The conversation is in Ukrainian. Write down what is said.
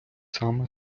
саме